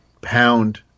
pound